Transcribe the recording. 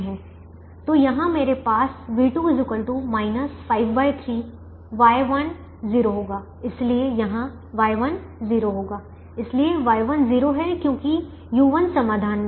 तो यहाँ मेरे पास v2 53 Y1 0 होगा इसलिए यहाँ Y1 0 होगा इसलिए Y1 0 है क्योंकि u1 समाधान में है